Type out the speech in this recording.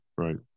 Right